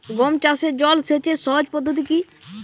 গম চাষে জল সেচের সহজ পদ্ধতি কি?